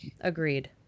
agreed